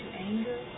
anger